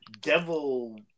devil